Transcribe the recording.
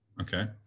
Okay